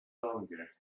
longer